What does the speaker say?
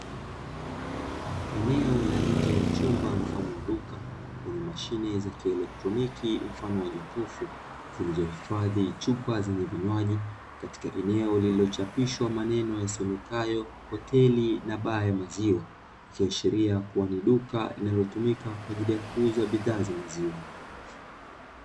Eneo la nje ya chumba mfano duka, lenye mashine za kielektroniki mfano wa jokofu zilizohifadhi chupa zenye vinywaji katika eneo lililochapishwa maneno yasomekayo hoteli na baa ya maziwa, ikiashria kuwa ni duka linalotumika kwa ajili ya kuuza bidhaa za maziwa.